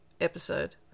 episode